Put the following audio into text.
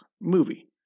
movie